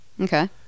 Okay